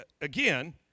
again